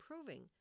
improving